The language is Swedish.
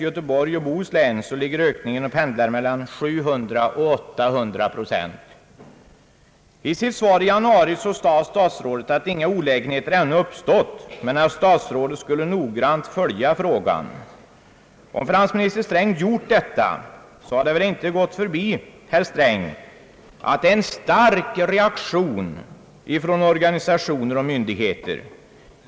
I Göteborgs och Bohus län — det andra försökslänet — pendlar ökningen mellan 700 och 800 procent. I sitt svar i januari månad sade statsrådet att inga olägenheter ännu uppstått men att han noggrant skulle följa frågan. Om finansminister Sträng hade gjort detta kan det väl inte ha förbigått honom att det föreligger en stark reaktion från organisationer och myndigheter.